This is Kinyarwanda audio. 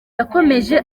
yakomeje